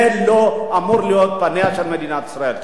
אלה לא אמורים להיות פניה של מדינת ישראל.